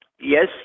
Yes